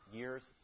years